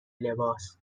لباس